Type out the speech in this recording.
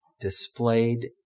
displayed